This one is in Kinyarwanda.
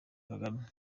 kagame